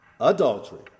adultery